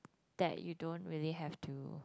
that you don't really have to